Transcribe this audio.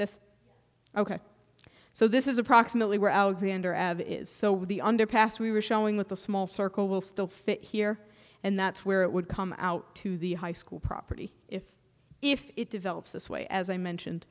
that's ok so this is approximately where out xander ad is so with the underpass we were showing with a small circle will still fit here and that's where it would come out to the high school property if if it develops this way as i mentioned